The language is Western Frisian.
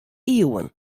iuwen